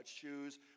shoes